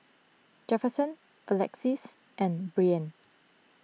Jefferson Alexis and Byrd